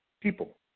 people